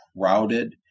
crowded